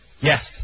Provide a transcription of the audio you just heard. Yes